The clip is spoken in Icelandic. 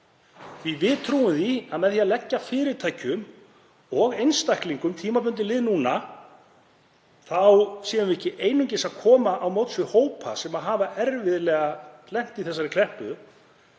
Við trúum að með því að leggja fyrirtækjum og einstaklingum tímabundið lið núna þá séum við ekki einungis að koma til móts við hópa sem hafa lent erfiðlega í þessari kreppu